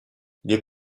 les